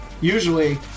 usually